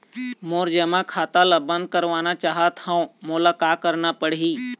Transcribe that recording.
मोर जमा खाता ला बंद करवाना चाहत हव मोला का करना पड़ही?